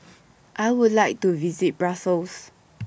I Would like to visit Brussels